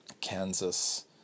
Kansas